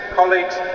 colleagues